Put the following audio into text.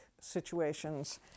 situations